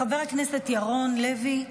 חבר הכנסת ירון לוי,